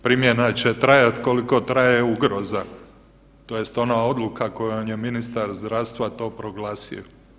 Primjena će trajat koliko traje ugroza tj. ona odluka kojom je ministar zdravstva to proglasio.